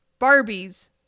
barbies